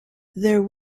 there